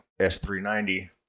S390